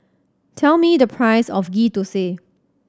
tell me the price of Ghee Thosai